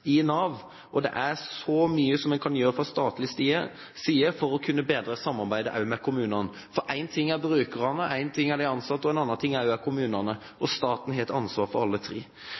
i Nav. Det er så mye en kan gjøre fra statlig side for å kunne bedre samarbeidet også med kommunene, for én ting er brukerne, én ting er de ansatte, og en annen ting er kommunene – og staten har et ansvar for alle tre.